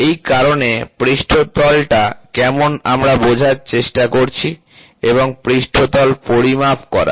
এই কারণে পৃষ্ঠতলটা কেমন আমরা বোঝার চেষ্টা করছি এবং পৃষ্ঠতল পরিমাপ করার